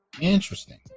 Interesting